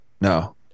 No